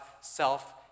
self